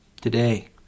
today